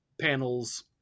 panels